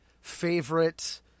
favorite